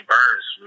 Burns